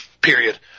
period